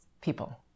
people